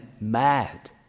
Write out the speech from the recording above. mad